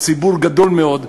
ציבור גדול מאוד,